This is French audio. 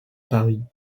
paris